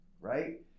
right